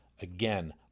again